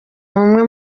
umwe